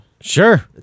Sure